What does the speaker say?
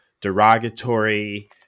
derogatory